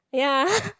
ya